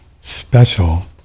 special